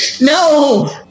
No